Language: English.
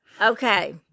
Okay